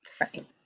right